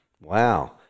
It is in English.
wow